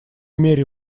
мере